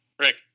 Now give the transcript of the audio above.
Rick